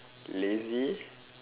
lazy